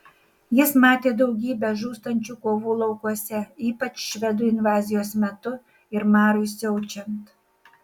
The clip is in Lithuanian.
jis matė daugybę žūstančių kovų laukuose ypač švedų invazijos metu ir marui siaučiant